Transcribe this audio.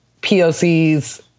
POCs